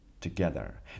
together